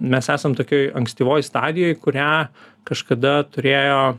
mes esam tokioj ankstyvoj stadijoj kurią kažkada turėjo